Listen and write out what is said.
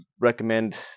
recommend